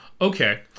okay